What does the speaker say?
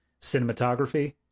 cinematography